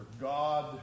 God